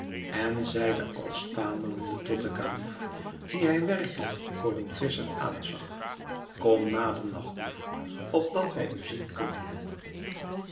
en zeide al stamelende tot den kalif dien hij werkelijk voor een visscher aanzag kom nader nachtdief opdat wij u zien kunnen